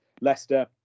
Leicester